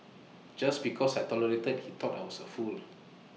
just because I tolerated he thought I was A fool